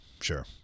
sure